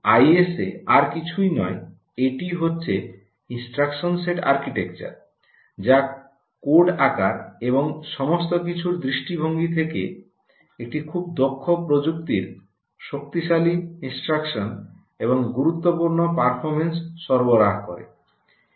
ISA আর কিছুই নয় এটি হচ্ছে ইনস্ট্রাকশন সেট আর্কিটেকচার যা কোড আকার এবং সমস্ত কিছুর দৃষ্টিভঙ্গি থেকে একটি খুব দক্ষ প্রযুক্তির শক্তিশালী ইনস্ট্রাকশনস এবং গুরুত্বপূর্ণ পারফরম্যান্স সরবরাহ করে